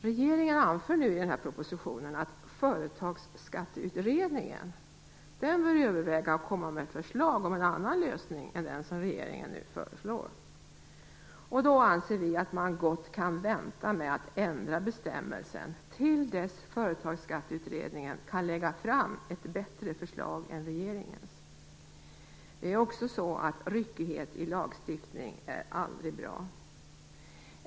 Regeringen anför i propositionen att Företagsskatteutredningen bör överväga att komma med förslag till en annan lösning än den som regeringen nu föreslår. Då anser vi att man gott kan vänta med att ändra bestämmelsen till dess att Företagsskatteutredningen kan lägga fram ett bättre förslag än regeringens. Ryckighet i lagstiftningen är aldrig bra.